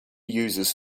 uses